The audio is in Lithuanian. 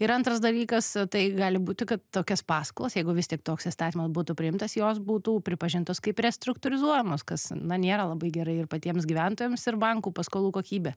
ir antras dalykas tai gali būti kad tokios paskolos jeigu vis tik toks įstatymas būtų priimtas jos būtų pripažintos kaip restruktūrizuojamos kas na nėra labai gerai ir patiems gyventojams ir bankų paskolų kokybė